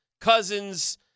Cousins